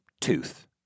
tooth